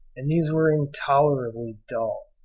and these were intolerably dull,